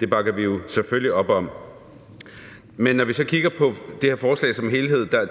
Det bakker vi jo selvfølgelig op om. Men når vi så kigger på det her forslag som en helhed, så